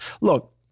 look